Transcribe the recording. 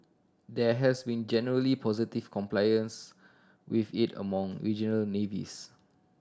there has been generally positive compliance with it among regional navies